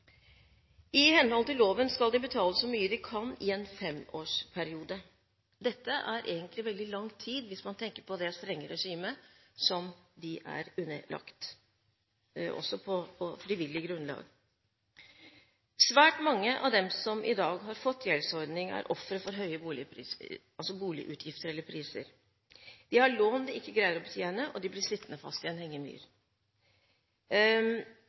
I henhold til loven skal de betale så mye de kan i en femårsperiode. Dette er egentlig veldig lang tid, hvis man tenker på det strenge regimet som de er underlagt, også på frivillig grunnlag. Svært mange av dem som i dag har fått gjeldsordning, er ofre for høye boligutgifter og boligpriser. De har lån de ikke greier å betjene, og de blir sittende fast i en hengemyr.